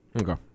Okay